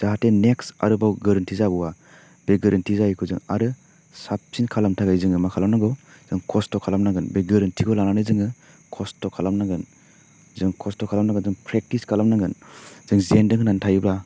जाहाथे नेक्स्ट आरोबाव गोरोन्थि जाबावा बे गोरोन्थि जायिखौ जों आरो साबसिन खालामनो थाखाय जोङो मा खालामनांगौ जों खस्थ' खालामनांगोन बे गोरोन्थिखौ लानानै जोङो खस्थ' खालामनांगोन जों खस्थ' खालामनांगोन जों प्रेकटिस खालामनांगोन जों जेन्दों होननानै थायोब्ला